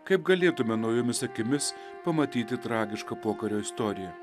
kaip galėtume naujomis akimis pamatyti tragišką pokario istoriją